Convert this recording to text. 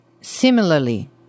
similarly